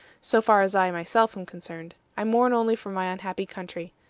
so far as i myself am concerned. i mourn only for my unhappy country.